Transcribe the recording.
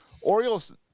Orioles